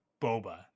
boba